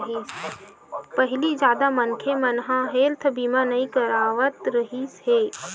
पहिली जादा मनखे मन ह हेल्थ बीमा नइ करवात रिहिस हे